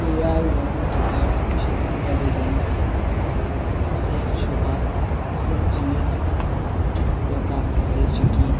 A آیۍ یعنی کہِ آٹِفِشَل اِنٹیٚلِجَنس ہَسا چھُ اکھ اصٕل چیٖز تہٕ اتھ ہَسا چھُ کینٛہہ